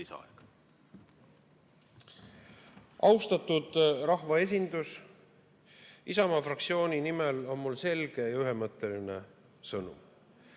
Austatud rahvaesindus! Isamaa fraktsiooni nimel on mul selge ja ühemõtteline sõnum.